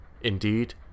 Indeed